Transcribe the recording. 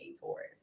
Taurus